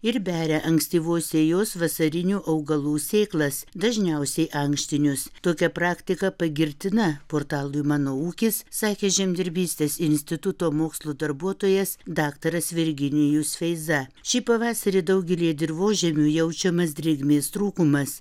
ir beria ankstyvos sėjos vasarinių augalų sėklas dažniausiai ankštinius tokia praktika pagirtina portalui mano ūkis sakė žemdirbystės instituto mokslų darbuotojas daktaras virginijus feiza šį pavasarį daugelyje dirvožemių jaučiamas drėgmės trūkumas